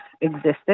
existed